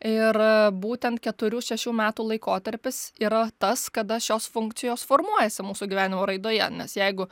ir būtent keturių šešių metų laikotarpis yra tas kada šios funkcijos formuojasi mūsų gyvenimo raidoje nes jeigu